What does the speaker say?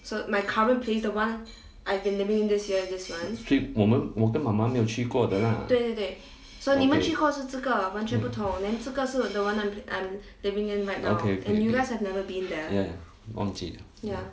所以我跟妈妈没有去过的啦 okay mm okay okay okay okay ya ya ya 忘记了